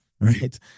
right